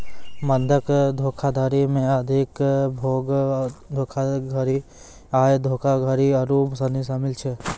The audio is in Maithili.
बंधक धोखाधड़ी मे अधिभोग धोखाधड़ी, आय धोखाधड़ी आरु सनी शामिल छै